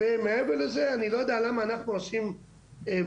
ומעבר לזה אני לא יודע למה אנחנו עושים ומחכים